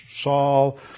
Saul